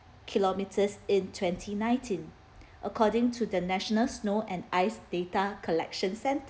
kilometers in twenty nineteen according to the national snow and ice data collection sent